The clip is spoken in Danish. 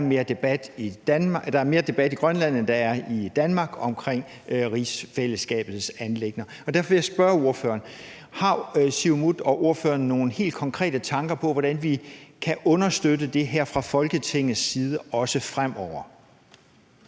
der er mere debat i Grønland, end der er i Danmark, om rigsfællesskabets anliggender. Derfor vil jeg spørge ordføreren: Har Siumut og ordføreren nogle helt konkrete tanker om, hvordan vi også fremover kan understøtte det her fra Folketingets side?